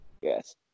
Yes